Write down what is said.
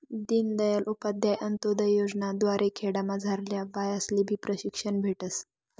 दीनदयाल उपाध्याय अंतोदय योजना द्वारे खेडामझारल्या बायास्लेबी प्रशिक्षण भेटस